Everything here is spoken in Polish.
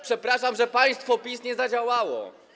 Przepraszam, że państwo PiS nie zadziałało.